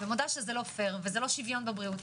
זה לא פייר ולא שווין בבריאות.